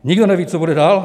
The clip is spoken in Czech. Nikdo neví, co bude dál.